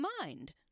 mind